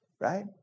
right